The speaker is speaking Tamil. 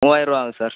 மூவாயர்ரூவா ஆகும் சார்